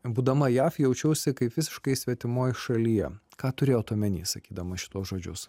būdama jav jaučiausi kaip visiškai svetimoj šalyje ką turėjot omeny sakydama šituos žodžius